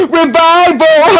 revival